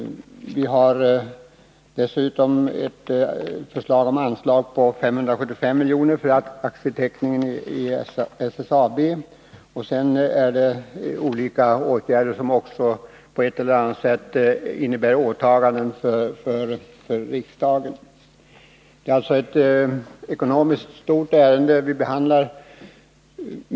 Vi har dessutom ett förslag om anslag på 575 milj.kr. för aktieteckning i SSAB. Dessutom föreslås andra åtgärder som på ett eller annat sätt innebär åtaganden för riksdagen. Det är alltså ett ekonomiskt sett stort ärende vi behandlar.